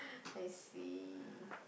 I see